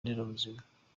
nderabuzima